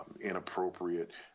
inappropriate—